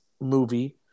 movie